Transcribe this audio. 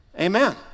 Amen